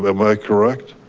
um i correct?